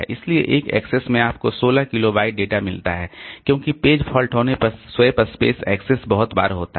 इसलिए एक एक्सेस में आपको 16 किलो बाइट डेटा मिलता है क्योंकि पेज फॉल्ट होने पर स्वैप स्पेस एक्सेस बहुत बार होता है